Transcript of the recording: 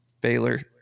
Baylor